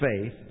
faith